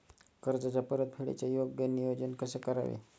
कर्जाच्या परतफेडीचे योग्य नियोजन कसे करावे?